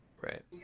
right